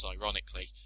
ironically